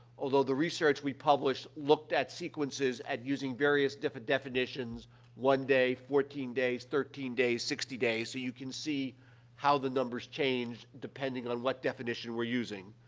although the research we published looked at sequences and using various different definitions one day, fourteen days, thirteen days, sixty days. so, you can see how the numbers change depending on what definition we're using.